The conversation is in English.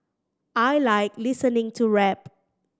I like listening to rap